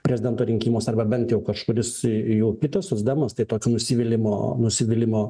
prezidento rinkimuose arba bent jau kažkuris jų kitas socdemas tai toks nusivylimo nusivylimo